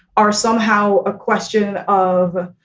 are somehow a question of